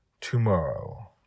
tomorrow